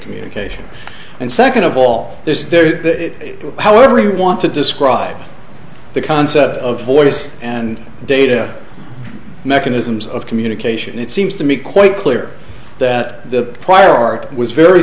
communication and second of all this however we want to describe the concept of voice and data mechanisms of communication it seems to me quite clear that the